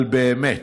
על באמת.